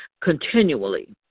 continually